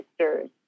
sisters